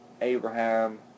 Abraham